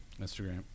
Instagram